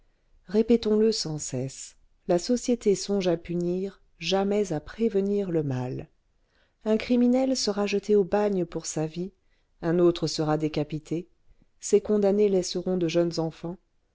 répétons-le sans cesse la société songe à punir jamais à prévenir le mal un criminel sera jeté au bagne pour sa vie un autre sera décapité ces condamnés laisseront de jeunes enfants